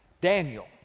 Daniel